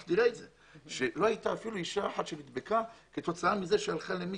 אנחנו נראה את זה שלא הייתה אפילו אישה אחת שנדבקה מכיוון שהלכה למקווה.